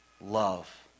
love